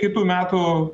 kitų metų